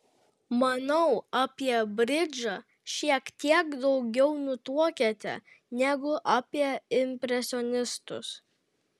manau apie bridžą šiek tiek daugiau nutuokiate negu apie impresionistus